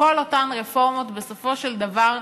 וכל אותן רפורמות, בסופו של דבר,